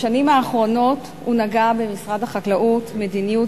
בשנים האחרונות הונהגה במשרד החקלאות מדיניות